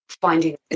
finding